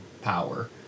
power